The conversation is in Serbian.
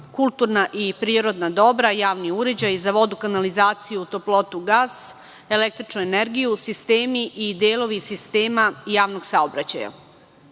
kulturna i prirodna dobra, javni uređaji za vodu, kanalizaciju, toplotu, gas i električnu energiju, sistemi i delovi sistema javnog saobraćaja. Ovi